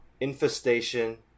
infestation